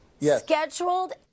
scheduled